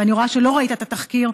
ואני רואה שלא ראית את התחקיר,